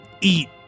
eat